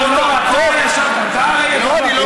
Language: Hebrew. לא, אני לא מתיימר.